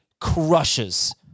crushes